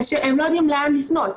הם לא יודעים לאן לפנות.